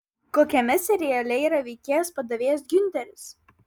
kokiame seriale yra veikėjas padavėjas giunteris